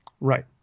Right